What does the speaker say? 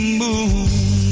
moon